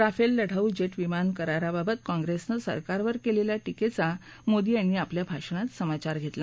Rafale लढाऊ jet विमानाकराराबाबत काँप्रेसने सरकारवर केलेल्या टीकेचा मोदी यांनी आपल्या भाषणात समाचार घेतला